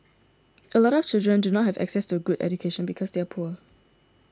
a lot of children do not have access to a good education because they are poor